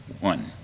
one